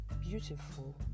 beautiful